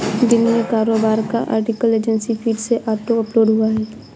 दिन में कारोबार का आर्टिकल एजेंसी फीड से ऑटो अपलोड हुआ है